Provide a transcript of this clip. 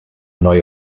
neue